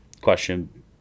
question